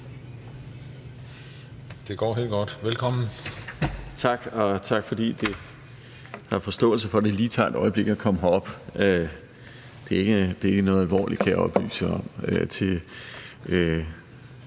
Engelbrecht): Tak, og tak fordi I har forståelse for, at det lige tager et øjeblik at komme herop. Det er ikke noget alvorligt, kan jeg oplyse om,